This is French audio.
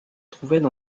trouvaient